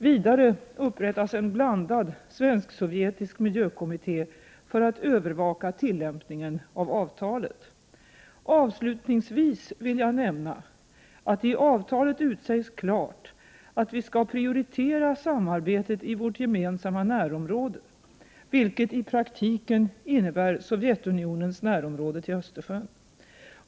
Vidare upprättas en blandad svensk-sovjetisk miljökommitté för att övervaka tillämpningen av avtalet. Avslutningsvis vill jag nämna att i avtalet utsägs klart att vi skall prioritera samarbetet i vårt gemensamma närområde, vilket i praktiken innebär Sovjetunionens närområde till Östersjön.